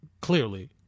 Clearly